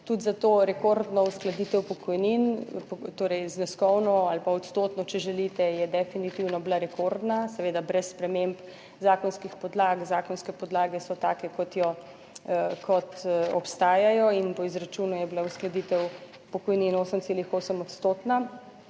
tudi za to rekordno uskladitev pokojnin, torej zneskovno ali pa odstotno, če želite, je definitivno bila rekordna, seveda brez sprememb zakonskih podlag, zakonske podlage so take kot jo kot obstajajo in po izračunu je bila uskladitev pokojnin 8,8 odstotna